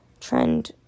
trend